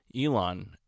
Elon